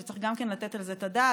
שצריך גם כן לתת על זה את הדעת,